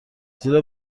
زیرا